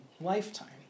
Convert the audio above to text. lifetime